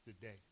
today